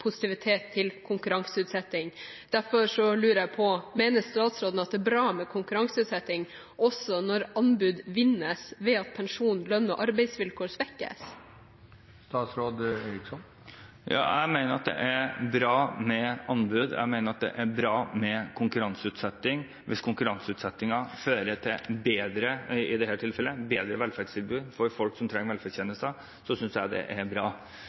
positivitet til konkurranseutsetting. Derfor lurer jeg på: Mener statsråden at det er bra med konkurranseutsetting også når anbud vinnes ved at pensjon, lønn og arbeidsvilkår svekkes? Jeg mener at det er bra med anbud. Jeg mener at det er bra med konkurranseutsetting. Hvis konkurranseutsettingen fører til, i dette tilfellet, bedre velferdstilbud for folk som trenger velferdstjenester, synes jeg det er bra.